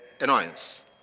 annoyance